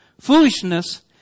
Foolishness